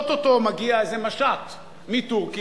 או-טו-טו מגיע איזה משט מטורקיה,